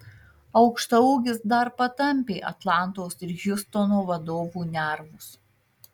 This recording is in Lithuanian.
aukštaūgis dar patampė atlantos ir hjustono vadovų nervus